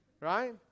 right